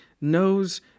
knows